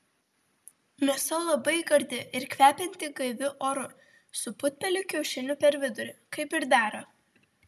mėsa labai gardi ir kvepianti gaiviu oru su putpelių kiaušiniu per vidurį kaip ir dera